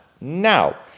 Now